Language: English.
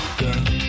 girl